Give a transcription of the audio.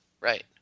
right